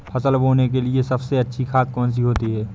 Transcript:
फसल बोने के लिए सबसे अच्छी खाद कौन सी होती है?